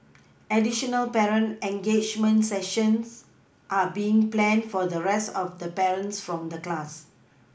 additional parent engagement sessions are being planned for the rest of the parents from the class